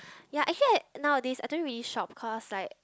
ya actually I nowadays I don't really shop cause like